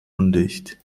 undicht